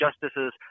Justices